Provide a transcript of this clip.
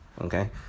Okay